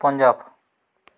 Punjab